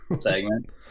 segment